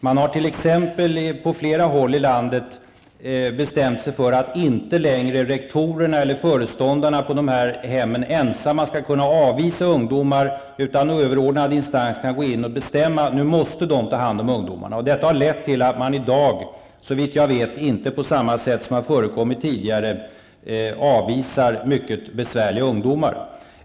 Man har t.ex. på flera håll i landet bestämt sig för att föreståndarna på de här hemmen inte längre ensamma skall kunna avvisa ungdomar, utan överordnad instans kan gå in och bestämma att de måste ta hand om ungdomarna. Detta har lett till att man i dag, såvitt jag vet, inte på samma sätt som tidigare förekommit avvisar mycket besvärliga ungdomar.